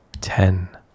ten